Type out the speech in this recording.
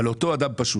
לאותו אדם פשוט,